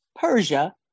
Persia